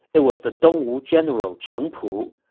it was the dongwu general cheng pu.